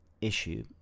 issue